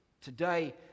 Today